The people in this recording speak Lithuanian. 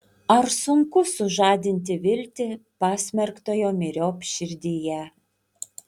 ar sunku sužadinti viltį pasmerktojo myriop širdyje